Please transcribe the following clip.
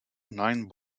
nine